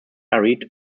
arid